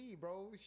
bro